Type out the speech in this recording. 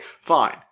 fine